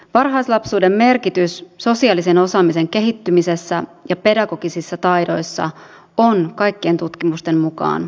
varhaislapsuuden merkitys sosiaalisen osaamisen kehittymisessä ja pedagogisissa taidoissa on kaikkien tutkimusten mukaan merkittävä